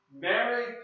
Mary